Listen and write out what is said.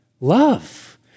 Love